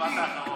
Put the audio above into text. המשפט האחרון?